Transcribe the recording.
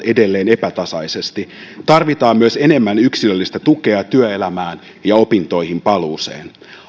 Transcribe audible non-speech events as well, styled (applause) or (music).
(unintelligible) edelleen epätasaisesti tarvitaan myös enemmän yksilöllistä tukea työelämään ja opintoihin paluuseen